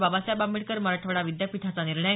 बाबासाहेब आंबेडकर मराठवाडा विद्यापीठाचा निर्णय